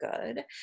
good